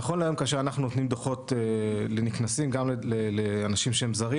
נכון להיום כשאנחנו נותנים דוחות לנקנסים גם לאנשים שהם זרים,